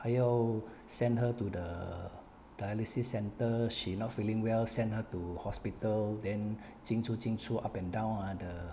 还要 send her to the dialysis centre she not feeling well send her to hospital then 进出进出 up and down ah the